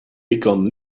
become